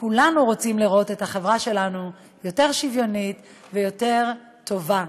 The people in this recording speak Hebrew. כולנו רוצים לראות את החברה שלנו יותר שוויונית ויותר טובה.